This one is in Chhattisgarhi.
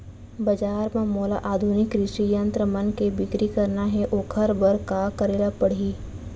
बजार म मोला आधुनिक कृषि यंत्र मन के बिक्री करना हे ओखर बर का करे ल पड़ही?